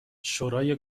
شورای